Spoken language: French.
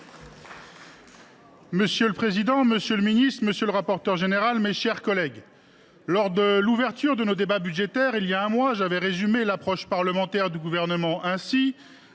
Monsieur le président, monsieur le ministre, mes chers collègues, lors de l’ouverture de nos débats budgétaires, il y a un mois, j’avais résumé l’approche parlementaire du Gouvernement ainsi